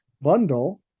bundle